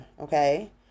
Okay